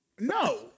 No